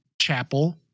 Chapel